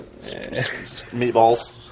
meatballs